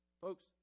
Folks